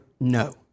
no